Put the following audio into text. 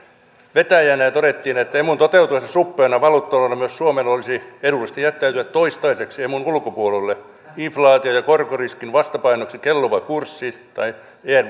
vetäjänä ja todettiin että emun toteutuessa suppeana valuuttaunionina myös suomen olisi edullista jättäytyä toistaiseksi emun ulkopuolelle inflaatio ja korkoriskin vastapainoksi kelluva kurssi tai